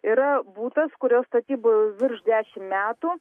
yra butas kurio statybų virš dešim metų